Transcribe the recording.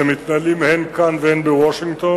שמתנהלים הן כאן והן בוושינגטון,